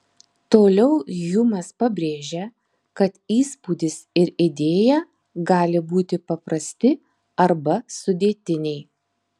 toliau hjumas pabrėžia kad įspūdis ir idėja gali būti paprasti arba sudėtiniai